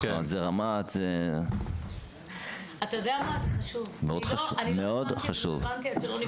לצאת מהחלוק שלנו,